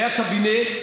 היה קבינט,